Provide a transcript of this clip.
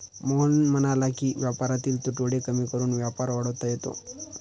मोहन म्हणाला की व्यापारातील तुटवडे कमी करून व्यापार वाढवता येतो